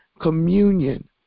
communion